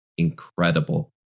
incredible